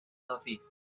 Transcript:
coffee